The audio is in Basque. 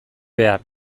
behar